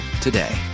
today